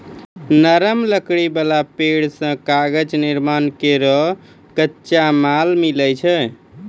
नरम लकड़ी वाला पेड़ सें कागज निर्माण केरो कच्चा माल मिलै छै